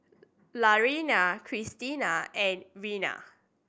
Laraine and Reina